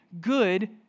good